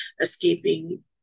escaping